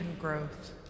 growth